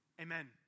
Amen